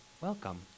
welcome